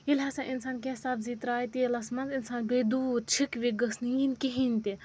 ییٚلہِ ہَسا اِنسان کیٚنٛہہ سبزی ترٛایہِ تیٖلَس منٛز اِنسان بیٚہہِ دوٗر چھِک وِک گٔژھ نہٕ یِنۍ کِہیٖنۍ تہِ